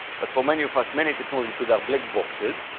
but for many of us, many technology could have black boxes.